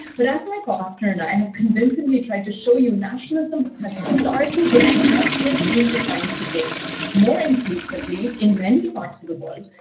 but as my partner and i have convincingly tried to show you, nationalism has historically been and is being defined today more inclusively in many parts of the world,